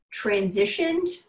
transitioned